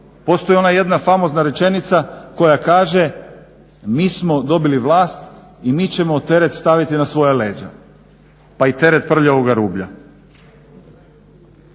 Postoji ona jedna famozna rečenica koja kaže mi smo dobili vlast i mi ćemo teret staviti na svoja leđa pa i teret prljavoga rublja.